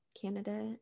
candidate